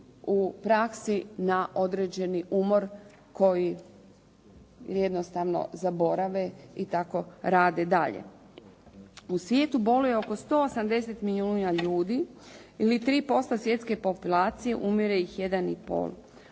u praksi na određeni umor koji jednostavno zaborave i tako rade dalje. U svijetu boluje oko 180 milijuna ljudi ili 3% svjetske populacije, umire ih 1,5.